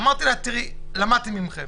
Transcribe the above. אמרתי לה: תראי, למדתי מכם.